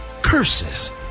Curses